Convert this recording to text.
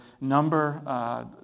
number